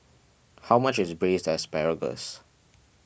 how much is Braised Asparagus